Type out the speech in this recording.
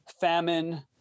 famine